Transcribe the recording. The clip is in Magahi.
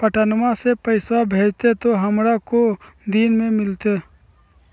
पटनमा से पैसबा भेजते तो हमारा को दिन मे मिलते?